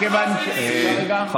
למה, רמאי, מסית, עלוב.